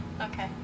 Okay